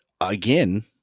again